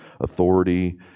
authority